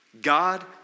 God